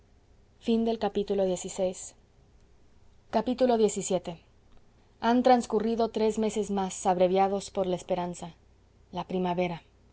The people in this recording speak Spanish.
cielos xvii han transcurrido tres meses más abreviados por la esperanza la primavera